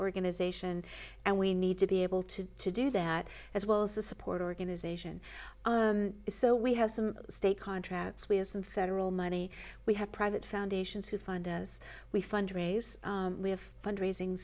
organization and we need to be able to do that as well as the support organization so we have some state contracts we have some federal money we have private foundations who fund we fundraise we have fundraising